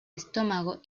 estómago